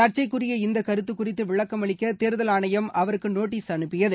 சாக்சைக்குரிய இந்த கருத்து குறித்து விளக்கம் அளிக்க தேர்தல் ஆணையம் அவருக்கு நோட்டீஸ் அனுப்பியது